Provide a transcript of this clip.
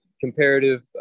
comparative